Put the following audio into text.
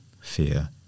fear